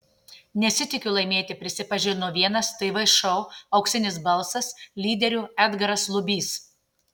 nesitikiu laimėti prisipažino vienas tv šou auksinis balsas lyderių edgaras lubys